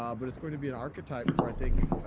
um but it's going to be an archetype for i think,